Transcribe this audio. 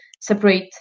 separate